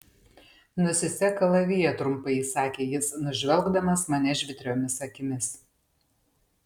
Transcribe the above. nusisek kalaviją trumpai įsakė jis nužvelgdamas mane žvitriomis akimis